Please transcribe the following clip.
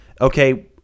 Okay